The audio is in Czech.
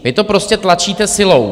Vy to prostě tlačíte silou.